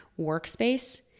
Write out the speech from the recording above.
workspace